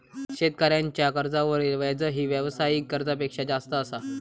शेतकऱ्यांच्या कर्जावरील व्याजही व्यावसायिक कर्जापेक्षा जास्त असा